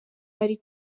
ari